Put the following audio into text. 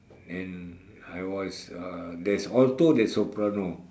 and I was uh there's alto there's soprano